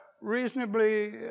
reasonably